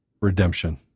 redemption